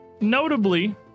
Notably